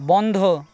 বন্ধ